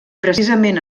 precisament